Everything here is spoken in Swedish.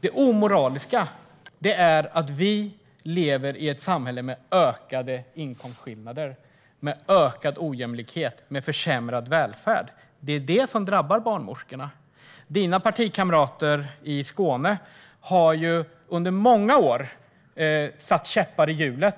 Det omoraliska är att vi lever i ett samhälle med ökade inkomstskillnader, ökad ojämlikhet och försämrad välfärd. Det är det som drabbar barnmorskorna. Mathias Sundins partikamrater i Skåne har ju under många år satt käppar i hjulen